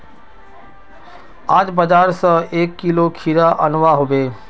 आज बाजार स एक किलो खीरा अनवा हबे